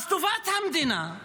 אז טובת המדינה היא